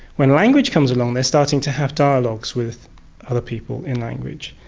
when language comes along they are starting to have dialogues with other people in language,